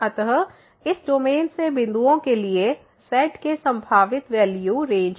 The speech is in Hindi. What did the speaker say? अतः इस डोमेन से बिंदुओं के लिए z के संभावित वैल्यू रेंज है